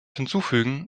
hinzufügen